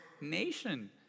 nation